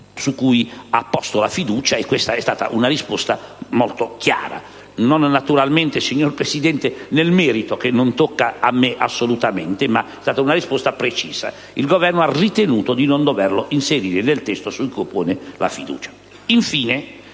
su cui ha posto la fiducia. Questa è stata una risposta molta chiara, non naturalmente, signor Presidente, nel merito, che non tocca a me assolutamente valutare. È stata una risposta precisa: il Governo ha ritenuto di non doverlo inserire nel testo su cui pone la fiducia.